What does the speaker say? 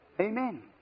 Amen